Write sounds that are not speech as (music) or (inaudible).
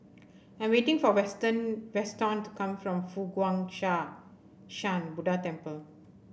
I'm waiting for western Weston to come from Fo Guang (unintelligible) Shan Buddha Temple